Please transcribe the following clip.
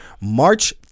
March